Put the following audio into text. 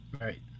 right